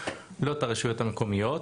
לא את הרשויות המקומיות,